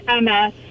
MS